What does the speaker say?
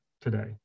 today